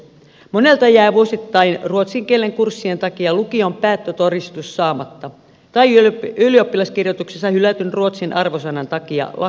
monelta jää vuosittain ruotsin kielen kurssien takia lukion päättötodistus saamatta tai ylioppilaskirjoituksissa hylätyn ruotsin arvosanan takia lakki saamatta